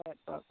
ᱥᱟᱵᱮᱫ ᱠᱚᱣᱟ ᱠᱚ